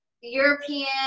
European